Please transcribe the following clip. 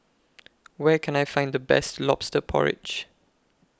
Where Can I Find The Best Lobster Porridge